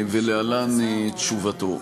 ולהלן תשובתו,